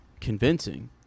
convincing